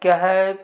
क्या है